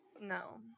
no